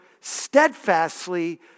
steadfastly